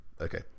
Okay